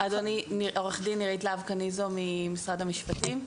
עורכת דין נירית להב קניזו ממשרד המשפטים.